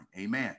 amen